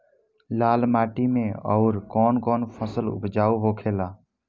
लाल माटी मे आउर कौन कौन फसल उपजाऊ होखे ला?